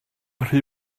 rhy